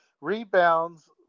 Rebounds